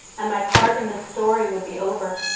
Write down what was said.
and my part in this story would be over.